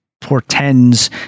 portends